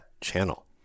channel